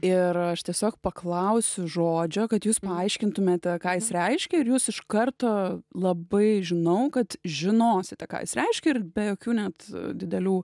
ir aš tiesiog paklausiu žodžio kad jūs paaiškintumėte ką jis reiškia ir jūs iš karto labai žinau kad žinosite ką jis reiškia ir be jokių net didelių